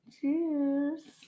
Cheers